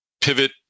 pivot